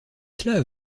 cela